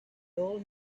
all